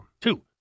Two